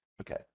okay